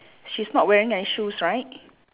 she's not wearing any shoes right